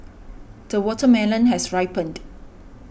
the watermelon has ripened